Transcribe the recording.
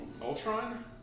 Ultron